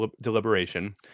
deliberation